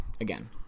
again